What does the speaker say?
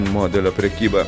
modelio prekyba